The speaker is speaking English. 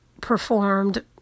performed